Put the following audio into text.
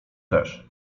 też